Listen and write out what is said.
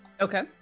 Okay